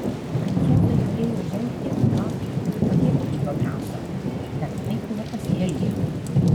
prancūzai galėjo žengti atgal ir pagerbti jo drąsą bet taip nepasielgė